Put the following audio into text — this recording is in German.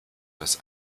das